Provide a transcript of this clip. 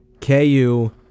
KU